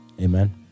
Amen